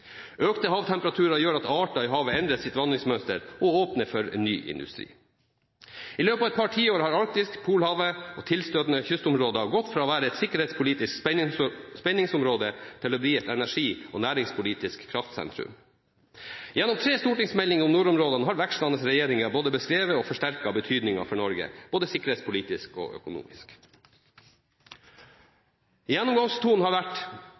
Økte havtemperaturer gjør at arter i havet endrer sitt vandringsmønster og åpner for ny industri. I løpet av et par tiår har Arktis, Polhavet og tilstøtende kystområder gått fra å være et sikkerhetspolitisk spenningsområde til å bli et energi- og næringspolitisk kraftsentrum. Gjennom tre stortingsmeldinger om nordområdene har vekslende regjeringer både beskrevet og forsterket betydningen for Norge – både sikkerhetspolitisk og økonomisk. Gjennomgangstonen har vært